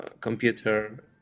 computer